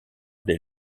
des